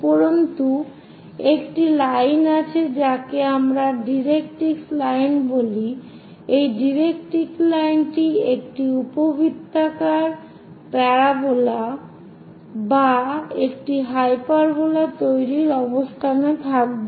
উপরন্তু একটি লাইন আছে যাকে আমরা ডাইরেক্ট্রিক্স লাইন বলি এই ডাইরেক্ট্রিক্স লাইনটি একটি উপবৃত্তাকার প্যারাবোলা বা একটি হাইপারবোলা তৈরির অবস্থানে থাকবে